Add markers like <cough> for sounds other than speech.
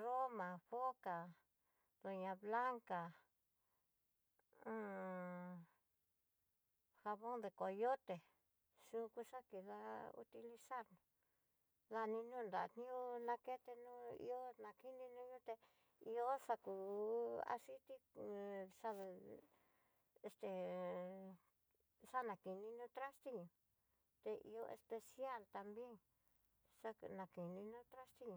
roma, foca, doña blanca <hesitation> jabón de coyote yukú xaki da'a ka utilizar dani no'o nraño'a, nakeno ihó, nakini ño'o yuté ihó xaku aciti huxado esté <hesitation> xanakeninó traste te ihó especial tambien xakenó nú traste.